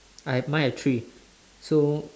I have mine have three so